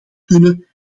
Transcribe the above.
kunnen